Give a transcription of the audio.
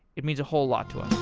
it means a whole lot to us